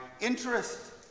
interest